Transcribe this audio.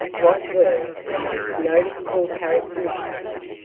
what were her most noticeable characteristics?